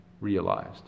realized